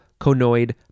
conoid